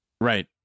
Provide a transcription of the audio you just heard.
Right